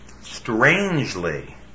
Strangely